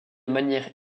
manière